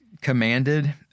commanded